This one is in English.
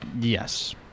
yes